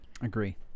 Agree